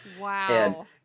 Wow